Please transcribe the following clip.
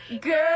girl